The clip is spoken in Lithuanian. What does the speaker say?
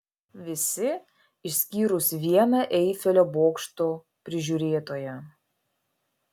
visi išskyrus vieną eifelio bokšto prižiūrėtoją